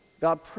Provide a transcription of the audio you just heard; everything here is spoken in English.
God